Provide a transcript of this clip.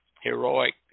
Heroic